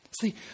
See